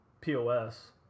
POS